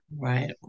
Right